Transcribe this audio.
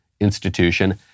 institution